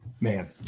Man